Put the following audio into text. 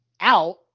out